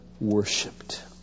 worshipped